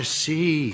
see